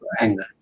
anger